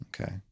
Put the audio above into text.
Okay